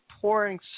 pouring